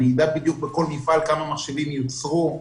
אני אדע בדיוק בכל מפעל כמה מחשבים יוצרו.